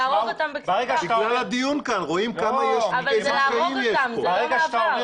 לפי הדיון כאן רואים כמה יש --- ברגע שאתה אומר